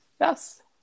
yes